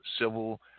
civil